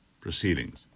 proceedings